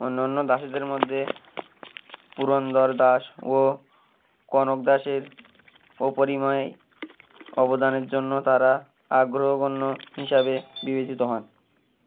অন্য অন্য দাসেদের মধ্যে পুরন্দর দাস ও কনক দাসের অপরিমেয় অবদানের জন্য তারা অগ্রগণ্য হিসাবে বিবেচিত হন